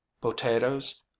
potatoes